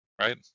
right